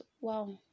wow